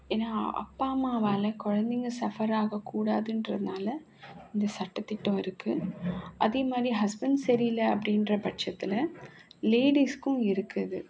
ஏன்னால் அப்பா அம்மாவால் குழந்தைங்க சஃபர் ஆகக்கூடாதுங்றதுனால இந்த சட்ட திட்டம் இருக்குது அதேமாதிரி ஹஸ்பெண்ட் சரியில்லை அப்படின்ற பட்சத்தில் லேடிஸ்க்கும் இருக்குது